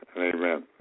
Amen